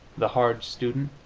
the hard student,